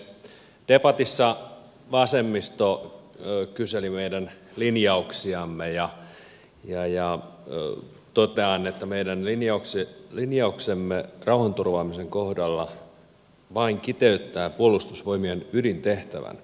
debatissa vasemmisto kyseli meidän linjauksiamme ja totean että meidän linjauksemme rauhanturvaamisen kohdalla vain kiteyttää puolustusvoimien ydintehtävän